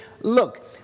look